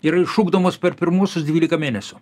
yra išugdomas per pirmuosius dvylika mėnesių